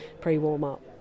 pre-warm-up